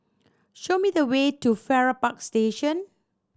show me the way to Farrer Park Station